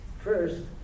First